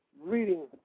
reading